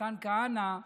מתן כהנא,